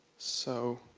so,